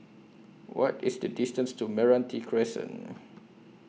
What IS The distance to Meranti Crescent